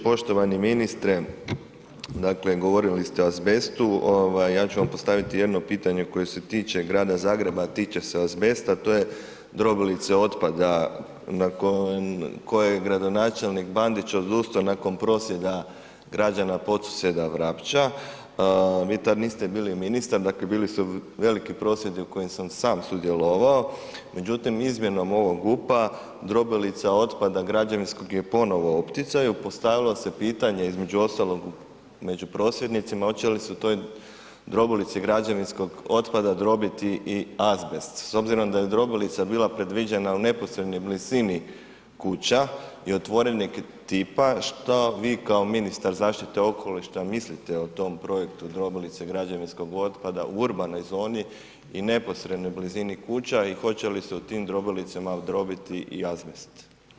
Poštovani ministre, dakle govorili ste o azbestu, ja ću vam postaviti jedno pitanje koje se tiče Grada Zagreba, a tiče se azbesta, to je drobilice otpada nakon koje je gradonačelnik Bandić odustao nakon prosvjeda građana Podsuseda, Vrapča, vi tad niste bili ministar, dakle bili su veliki prosvjedi u kojim sam sam sudjelovao, međutim izmjenom ovog GUP-a drobilica otpada građevinskog je ponovo u opticaju, postavilo se pitanje između ostalog među prosvjednicima hoće li se u toj drobilici građevinskog otpada drobiti i azbest s obzirom da je drobilica bila predviđena u neposrednoj blizini kuća i otvorenog tipa, što vi kao ministar zaštite okoliša mislite o tom projekta drobilice građevinskog otpada u urbanoj zoni i neposrednoj blizini kuća i hoće li se u tim drobilicama udrobiti i azbest?